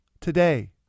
today